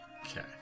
Okay